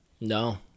No